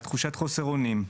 תחושת חוסר אונים,